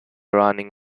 running